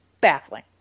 Baffling